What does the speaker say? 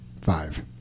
five